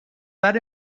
that